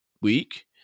week